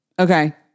Okay